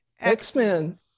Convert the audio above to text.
x-men